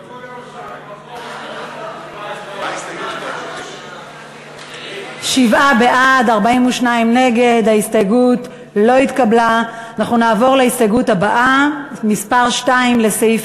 מס' 1. ההסתייגות של קבוצת סיעת מרצ לסעיף